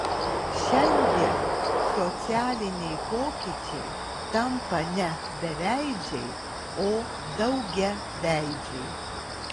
šiandien socialiniai pokyčiai tampa ne beveidžiai o daugiaveidžiai